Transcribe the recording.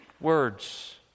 words